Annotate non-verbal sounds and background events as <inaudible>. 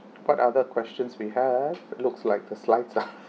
what other questions we have looks like the slides are <breath>